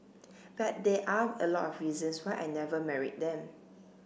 but there are a lot of reasons why I never married them